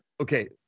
okay